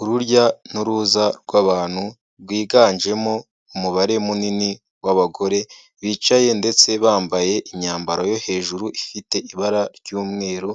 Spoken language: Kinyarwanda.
Urujya n'uruza rw'abantu rwiganjemo umubare munini w'abagore bicaye ndetse bambaye imyambaro yo hejuru ifite ibara ry'umweru,